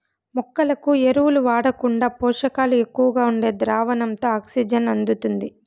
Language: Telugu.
మొక్కలకు ఎరువులు వాడకుండా పోషకాలు ఎక్కువగా ఉండే ద్రావణంతో ఆక్సిజన్ అందుతుంది